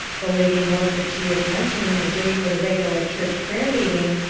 the lady knows that she is mentioning the day for the regular church prayer-meeting,